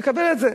תקבל את זה.